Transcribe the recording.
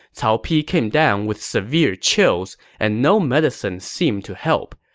cao pi came down with severe chills, and no medicine seemed to help,